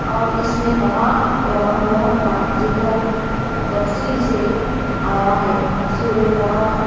اور اس میں تمام پیغمبروں کا ذکر تفصیل سے آیا ہے سورہ کہف